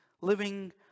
living